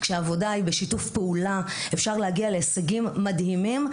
כשהעבודה היא בשיתוף פעולה אפשר להגיע להישגים מדהימים,